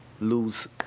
lose